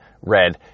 read